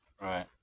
Right